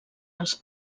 els